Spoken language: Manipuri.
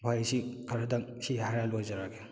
ꯋꯥꯍꯩꯁꯤ ꯈꯔꯗꯪ ꯁꯤ ꯍꯥꯏꯔꯒ ꯂꯣꯏꯖꯔꯒꯦ